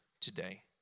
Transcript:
today